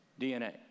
DNA